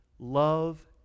Love